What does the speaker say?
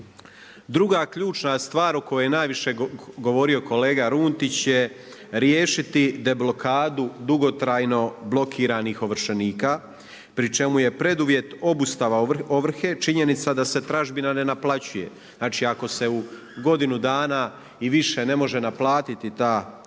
Druga ključna stvar o kojoj je najviše govorio kolega Runtić je riješiti deblokadu dugotrajno blokiranih ovršenika, pri čemu je preduvjet obustava ovrhe činjenica da se tražbina ne naplaćuje. Znači ako se u godinu dana i više ne može naplatiti ta tražbina